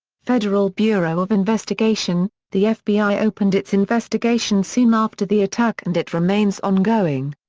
federal bureau of investigation the fbi opened its investigation soon after the attack and it remains ongoing.